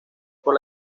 por